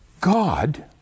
God